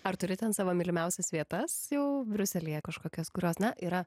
ar turi ten savo mylimiausias vietas jau briuselyje kažkokias kurios na yra